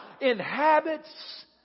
inhabits